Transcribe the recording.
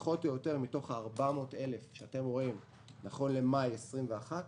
מתוך ה-400,000 שאתם רואים נכון למאי 21,